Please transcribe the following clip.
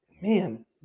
man